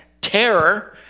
terror